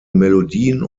melodien